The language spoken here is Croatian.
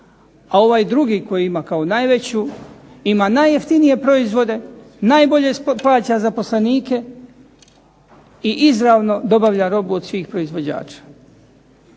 a ovaj drugi koji ima kao najveću ima najjeftinije proizvode, najbolje plaća zaposlenike i izravno dobavlja robu od svih proizvođača